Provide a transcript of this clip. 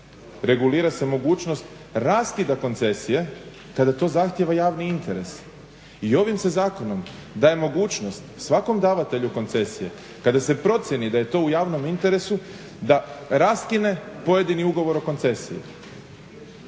Regulira se mogućnost raskida koncesije kada to zahtijeva javni interes. I ovim se zakonom daje mogućnost svakom davatelju koncesije kada se procijeni da je to u javnom interesu da raskine pojedini ugovor o koncesiji.